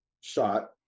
shot